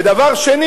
ודבר שני,